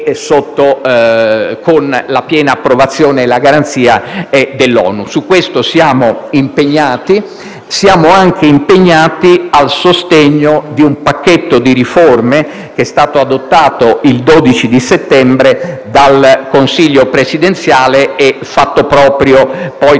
unite con la piena approvazione e la garanzia dell'ONU. Su questo punto siamo impegnati. Siamo anche impegnati al sostegno di un pacchetto di riforme che è stato adottato il 12 settembre dal Consiglio presidenziale e fatto proprio, poi,